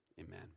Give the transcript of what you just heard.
Amen